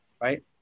right